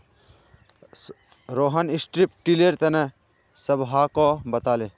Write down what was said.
Rohan strip tiller तने सबहाको बताले